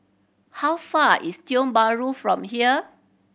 how far is Tiong Bahru from here